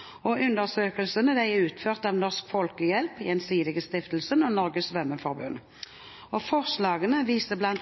klasse. Undersøkelsene er utført av Norsk Folkehjelp, Gjensidigestiftelsen og Norges Svømmeforbund. Forslagene viser bl.a.